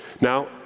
Now